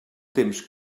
temps